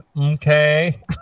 Okay